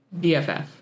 BFF